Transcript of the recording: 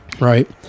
right